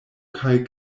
kaj